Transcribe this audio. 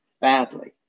badly